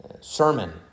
sermon